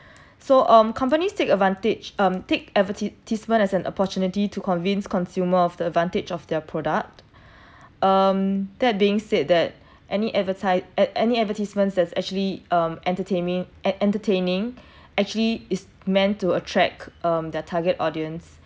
so um companies take advantage um take advertisement as an opportunity to convince consumer of the advantage of their product um that being said that any advertise at any advertisements that's actually um entertaining en~ entertaining actually is meant to attract um their target audience